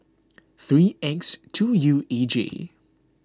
three X two U E G